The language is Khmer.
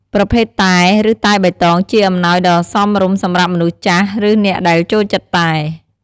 ប្រភេទតែ ឬតែបៃតងជាអំណោយដ៏សមរម្យសម្រាប់មនុស្សចាស់ឬអ្នកដែលចូលចិត្តតែ។